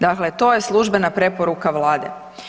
Dakle to je službena preporuka Vlade.